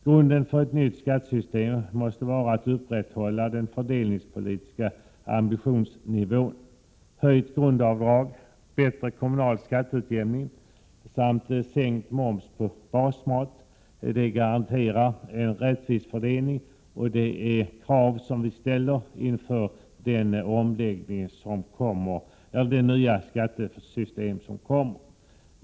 Grunden för ett nytt skattesystem måste vara att upprätthålla den fördelningspolitiska ambitionsnivån. Höjt grundavdrag, bättre kommunal skatteutjämning samt sänkt moms på basmat garanterar en rättvis fördelning. Det är krav som vi ställer vid införandet av det nya skattesystemet.